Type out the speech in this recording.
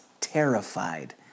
terrified